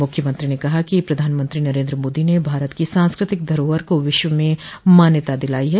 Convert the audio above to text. मुख्यमंत्री ने कहा कि प्रधानमंत्री नरेन्द्र मोदी ने भारत की सांस्कृतिक धरोहर को विश्व में मान्यता दिलाई है